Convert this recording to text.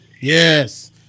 Yes